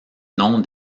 nom